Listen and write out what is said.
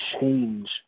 change